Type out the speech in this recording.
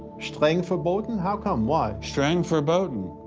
streng verboten? how come? why? streng verboten.